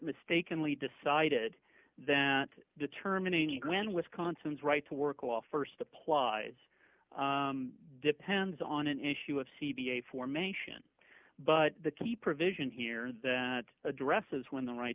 mistakenly decided that determining when wisconsin's right to work will st applies depends on an issue of c v a formation but the key provision here that addresses when the right